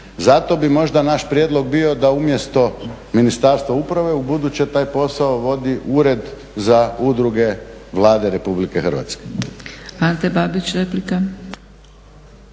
Zato bi možda naš prijedlog bio da umjesto ministarstva uprave ubuduće taj posao vodi Ured za udruge Vlade RH.